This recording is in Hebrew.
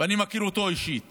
ואני מכיר אותו אישית